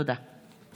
תודה.